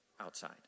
outside